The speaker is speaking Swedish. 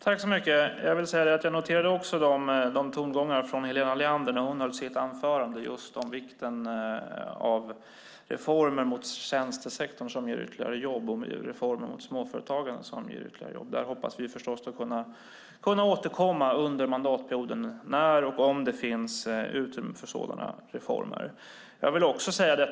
Fru talman! Jag noterade tongångarna från Helena Leander om att reformer i tjänstesektorn och mot småföretagare ger ytterligare jobb när hon höll sitt anförande. Där hoppas jag att vi kommer att kunna återkomma under mandatperioden när och om det finns utrymme för sådana reformer.